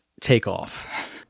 takeoff